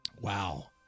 Wow